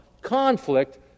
conflict